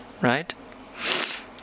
Right